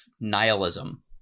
nihilism